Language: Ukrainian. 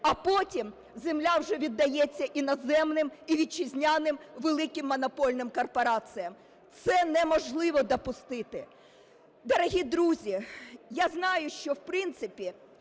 А потім земля вже віддається іноземним і вітчизняним великим монопольним корпораціям. Це неможливо допустити. Дорогі друзі, я знаю, що, в принципі,